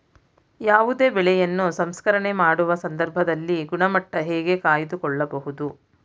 ಯಾವುದೇ ಬೆಳೆಯನ್ನು ಸಂಸ್ಕರಣೆ ಮಾಡುವ ಸಂದರ್ಭದಲ್ಲಿ ಗುಣಮಟ್ಟ ಹೇಗೆ ಕಾಯ್ದು ಕೊಳ್ಳಬಹುದು?